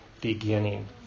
beginning